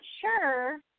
sure